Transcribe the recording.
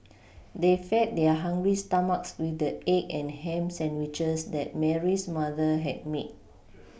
they fed their hungry stomachs with the egg and ham sandwiches that Mary's mother had made